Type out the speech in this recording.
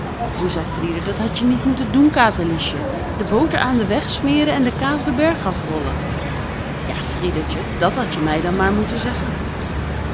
toen zei frieder dat hadt je niet moeten doen katerliesje de boter aan den weg smeren en de kaas den berg afrollen ja friedertje dat hadt je mij dan maar moeten zeggen